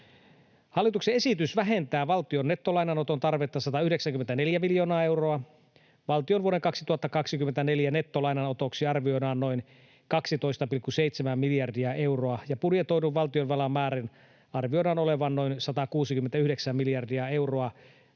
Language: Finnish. Hallituksen esitys vähentää valtion nettolainanoton tarvetta 194 miljoonaa euroa. Valtion vuoden 2024 nettolainanotoksi arvioidaan noin 12,7 miljardia euroa ja budjetoidun valtionvelan määrän arvioidaan olevan noin 169 miljardia euroa